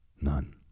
None